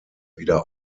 wieder